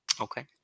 Okay